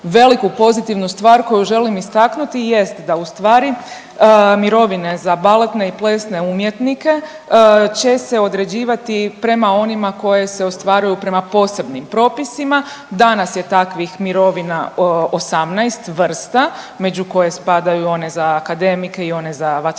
veliku pozitivnu stvar koju želim istaknuti jest da ustvari mirovine za baletne i plesne umjetnike će se određivati prema onima koje se ostvaruju prema posebnim propisima, danas je takvih mirovina 18 vrsta među koje spadaju one za akademike i one za vatrogastvo